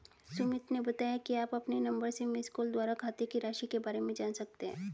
सुमित ने बताया कि आप अपने नंबर से मिसकॉल द्वारा खाते की राशि के बारे में जान सकते हैं